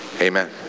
Amen